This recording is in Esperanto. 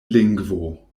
lingvo